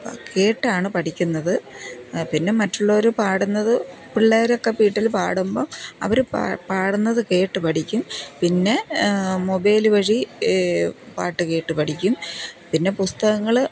കേട്ടാണ് പഠിക്കുന്നത് പിന്നെ മറ്റുള്ളവര് പാടുന്നത് പിള്ളേരൊക്കെ വീട്ടില് പാടുമ്പോള് അവര് പാടുന്നത് കേട്ടുപഠിക്കും പിന്നെ മൊബൈല് വഴി പാട്ട് കേട്ട് പഠിക്കും പിന്നെ പുസ്തകങ്ങള്